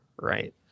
right